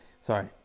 sorry